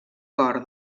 cor